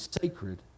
sacred